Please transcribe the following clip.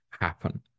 happen